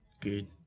Good